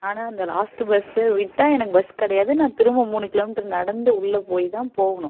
ஆனால் அந்த லாஸ்ட்டு பஸ்ஸை விட்டால் எனக்கு பஸ் கிடையாது நான் திரும்ப மூணு கிலோமீட்டர் நடந்து உள்ள போய் தான் போகணும்